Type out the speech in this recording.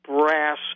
brass